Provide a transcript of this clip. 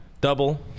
double